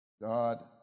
God